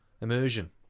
Immersion